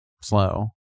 slow